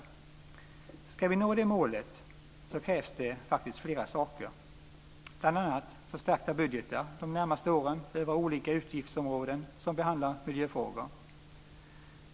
För att vi ska kunna nå det målet krävs det flera saker, bl.a. förstärkta budgetar under de närmaste åren vad gäller olika utgiftsområden som behandlar miljöfrågor.